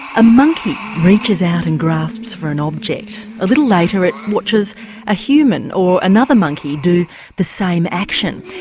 a monkey reaches out and grasps for an object. a little later it watches a human or another monkey do the same action.